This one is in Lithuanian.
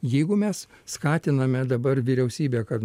jeigu mes skatiname dabar vyriausybę kad